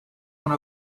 one